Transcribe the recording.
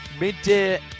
midday